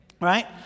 Right